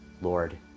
Lord